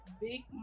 big